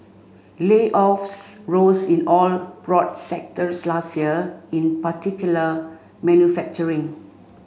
layoffs rose in all broad sectors last year in particular manufacturing